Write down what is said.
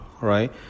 right